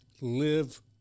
Live